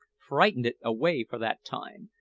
frightened it away for that time,